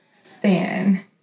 Stan